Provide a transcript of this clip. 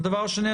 הדבר השני,